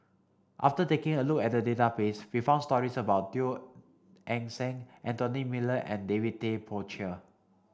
after taking a look at the database we found stories about Teo Eng Seng Anthony Miller and David Tay Poey Cher